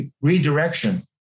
redirection